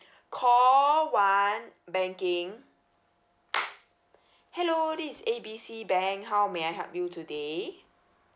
call one banking hello this is A B C bank how may I help you today